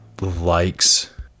likes